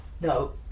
No